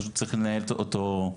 פשוט צריך לנהל אותו.